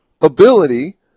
ability